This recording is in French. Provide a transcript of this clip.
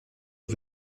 aux